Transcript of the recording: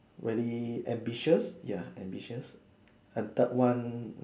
very ambitious ya ambitious and third one